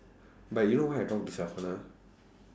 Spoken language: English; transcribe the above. but you know why I talk to